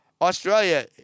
Australia